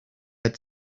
had